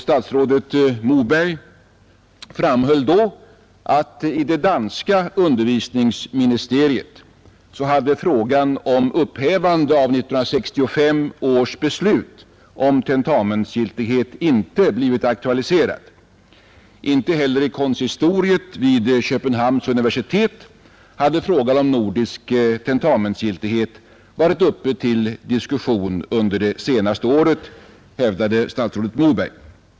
Statsrådet Moberg framhöll då att frågan om upphävande av 1965 års beslut om tentamensgiltighet inte hade blivit aktualiserad i det danska undervisningsministeriet. Inte heller i konsistoriet vid Köpenhamns universitet hade frågan om nordisk tentamensgiltighet varit uppe till diskussion under det senaste året, hävdade statsrådet Moberg.